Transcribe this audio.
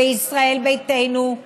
בישראל ביתנו,